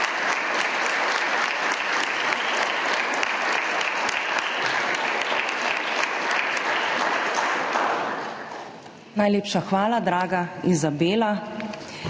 Najlepša hvala, draga Izabela.